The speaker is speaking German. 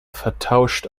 vertauscht